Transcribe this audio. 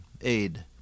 aid